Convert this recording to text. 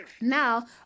Now